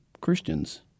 Christians